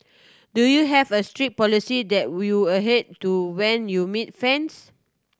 do you have a strict policy that will you adhere to when you meet fans